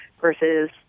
versus